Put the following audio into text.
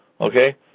Okay